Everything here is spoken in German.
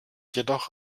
jedoch